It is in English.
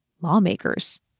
lawmakers